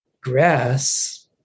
grass